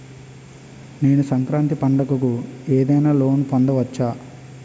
నేను సంక్రాంతి పండగ కు ఏదైనా లోన్ పొందవచ్చా?